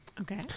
Okay